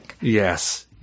Yes